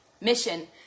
Mission